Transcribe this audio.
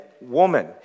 woman